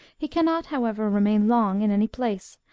he cannot, however, remain long in any place,